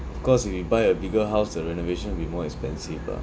cause if we buy a bigger house the renovation will be more expensive lah